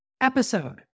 episode